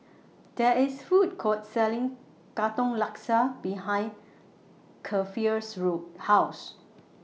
There IS Food Court Selling Katong Laksa behind Keifer's room House